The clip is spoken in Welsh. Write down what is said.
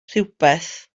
rhywbeth